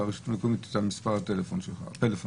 ואותה רשות מקומית יודעת את מספר הטלפון שלך.